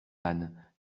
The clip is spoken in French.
âne